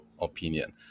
opinion